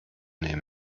nehmen